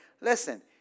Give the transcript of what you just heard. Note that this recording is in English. Listen